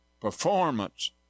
performance